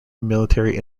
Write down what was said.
military